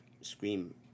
Scream